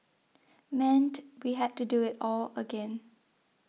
meant we had to do it all again